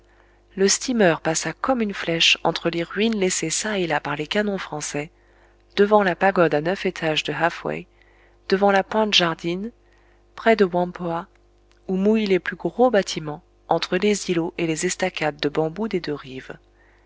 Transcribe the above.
le steamer passa comme une flèche entre les ruines laissées çà et là par les canons français devant la pagode à neuf étages de haf way devant la pointe jardyne près de whampoa où mouillent les plus gros bâtiments entre les îlots et les estacades de bambous des deux rives